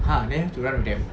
!huh! then have to run with them